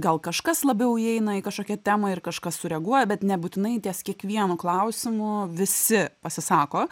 gal kažkas labiau įeina į kažkokią temą ir kažkas sureaguoja bet nebūtinai ties kiekvienu klausimu visi pasisako